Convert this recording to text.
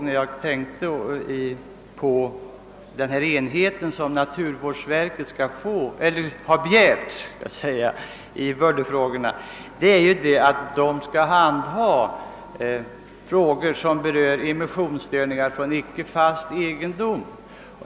När jag tänkte på den enhet som naturvårdsverket begärt i bullerfrågorna, avsåg jag ett handhavande av immissionsstörningar som kommer från icke fast egendom.